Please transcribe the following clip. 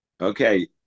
Okay